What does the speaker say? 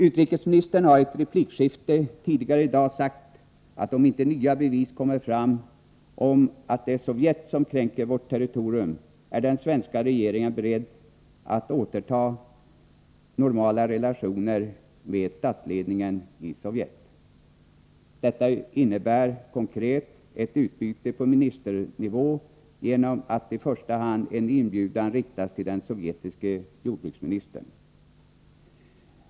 Utrikesministern har i ett replikskifte tidigare i dag sagt, att om inte nya bevis kommer fram om att det är Sovjet som kränker vårt territorium, är den svenska regeringen beredd att återuppta normala relationer med statsled ningen i Sovjet. Det innebär konkret ett utbyte på ministernivå genom att i första hand en inbjudan riktas till den sovjetiske jordbruksministern.